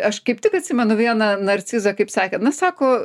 aš kaip tik atsimenu vieną narcizą kaip sakė na sako